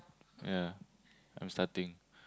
ya I'm starting